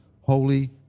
Holy